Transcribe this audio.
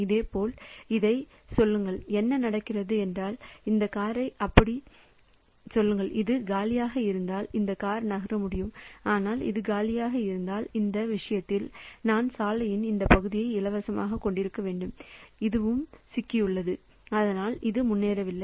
இதேபோல் இதைச் சொல்லுங்கள் என்ன நடக்கிறது என்றால் இந்த காரை அப்படிச் சொல்லுங்கள் இது காலியாக இருந்தால் இந்த கார் நகர முடியும் ஆனால் இது காலியாக இருந்தால் அந்த விஷயத்தில் நான் சாலையின் இந்த பகுதியை இலவசமாகக் கொண்டிருக்க வேண்டும் இதுவும் சிக்கியுள்ளது அதனால் இது முன்னேறவில்லை